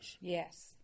Yes